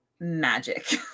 magic